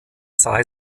sei